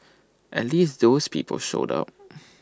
at least those people showed up